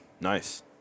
Nice